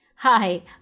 Hi